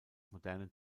modernen